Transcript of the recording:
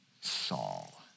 Saul